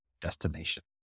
destination